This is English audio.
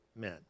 men